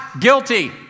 guilty